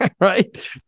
Right